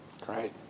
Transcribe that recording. Great